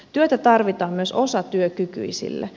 työtä tarvitaan myös osatyökykyisille